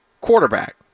quarterback